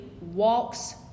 walks